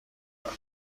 دارد